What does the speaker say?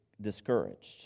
discouraged